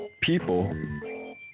people